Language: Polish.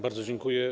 Bardzo dziękuję.